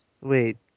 Wait